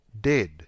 dead